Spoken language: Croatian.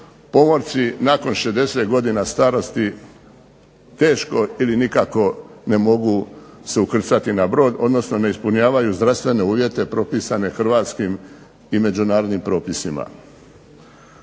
pomorci nakon 60 godina starosti teško ili nikako ne mogu se ukrcati na brod, odnosno ne ispunjavaju zdravstvene uvjete propisane Hrvatskim i međunarodnim propisima.